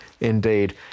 Indeed